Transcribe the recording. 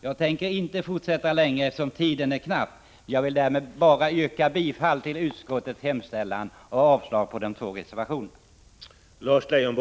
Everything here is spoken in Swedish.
Jag tänker inte fortsätta längre, eftersom tiden är knapp. Jag vill nu bara yrka bifall till utskottets hemställan och avslag på de två reservationerna.